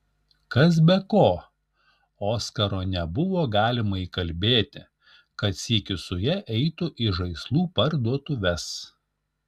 kas be ko oskaro nebuvo galima įkalbėti kad sykiu su ja eitų į žaislų parduotuves